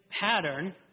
pattern